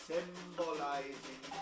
Symbolizing